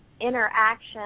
Interaction